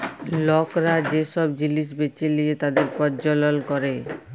লকরা যে সব জিলিস বেঁচে লিয়ে তাদের প্রজ্বলল ক্যরে